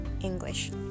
english